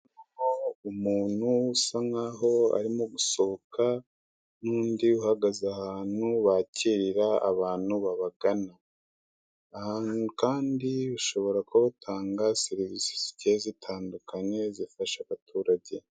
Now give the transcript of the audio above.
Umuntu usa n'aho arimo gusohoka n'undi uhagaze ahantu bakira abantu babagana, aha hantu kandi bashobora kuba batanga serivise zigiye zitandukanye zifasha abaturage.